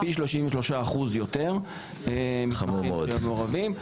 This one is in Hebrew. פי 33% יותר מתמחים שהיו מעורבים,